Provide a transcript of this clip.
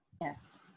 Yes